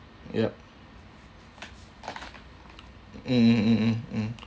yup mm mm mm mm mm